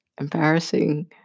embarrassing